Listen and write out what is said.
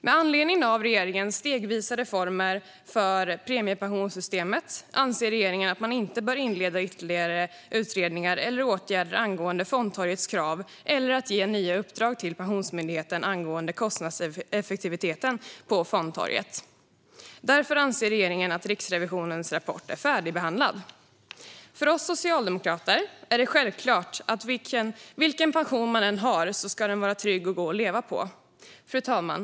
Med anledning av regeringens stegvisa reformer för premiepensionssystemet anser regeringen att man inte bör inleda ytterligare utredningar eller åtgärder angående fondtorgets krav eller ge nya uppdrag till Pensionsmyndigheten angående kostnadseffektiviteten på fondtorget. Därför anser regeringen att Riksrevisionens rapport är färdigbehandlad. För oss socialdemokrater är det självklart att vilken pension man än har ska den vara trygg och gå att leva på. Fru talman!